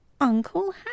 Uncle